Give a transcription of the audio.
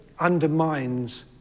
undermines